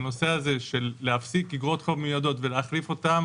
הנושא הזה של להפסיק איגרות חוב מיועדות ולהחליף אותן